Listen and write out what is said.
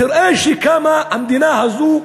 תראה כמה המדינה הזאת,